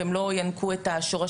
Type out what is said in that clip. והם לא ינקו את השורשים,